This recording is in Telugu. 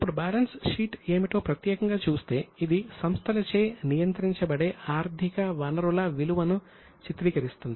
ఇప్పుడు బ్యాలెన్స్ షీట్ ఏమిటో ప్రత్యేకంగా చూస్తే ఇది సంస్థలచే నియంత్రించబడే ఆర్థిక వనరుల విలువను చిత్రీకరిస్తుంది